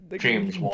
James